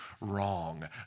wrong